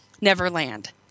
neverland